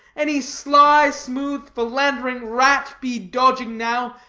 any sly, smooth, philandering rat be dodging now,